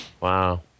Wow